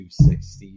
260